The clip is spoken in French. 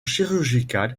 chirurgicale